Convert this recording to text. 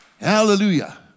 hallelujah